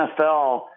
NFL